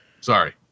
sorry